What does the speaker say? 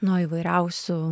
nuo įvairiausių